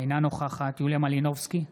אינה נוכחת יוליה מלינובסקי,